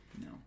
No